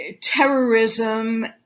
Terrorism